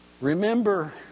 remember